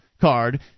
card